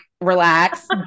relax